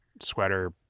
sweater